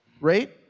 right